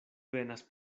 venas